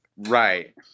Right